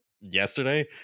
yesterday